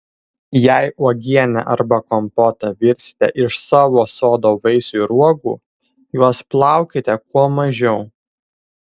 jei uogienę arba kompotą virsite iš savo sodo vaisių ir uogų juos plaukite kuo mažiau